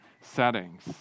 settings